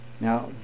Now